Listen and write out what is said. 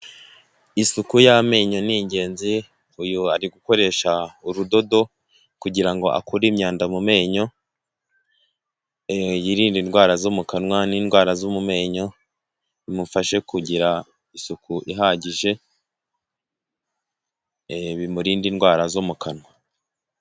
Isuku y'amenyo n'ingenzi uyu ari gukoresha urudodo kugira ngo akure imyanda mu menyo yirinda indwara zo mu kanwa n'indwara zo mu menyo bimufashe kugira isuku ihagije bimurinda indwara zo mu kanwa.